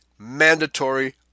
mandatory